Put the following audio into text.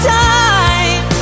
time